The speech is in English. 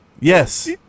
Yes